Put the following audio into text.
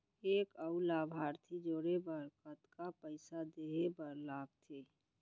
एक अऊ लाभार्थी जोड़े बर कतका पइसा देहे बर लागथे?